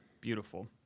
Beautiful